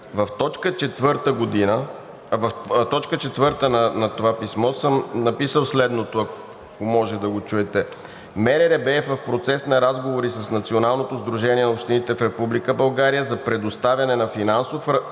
В т. 4 на това писмо съм написал следното – ако може, да го чуете: „МРРБ е в процес на разговори с Националното сдружение на общините в Република България за предоставяне на финансов